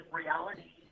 reality